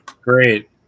great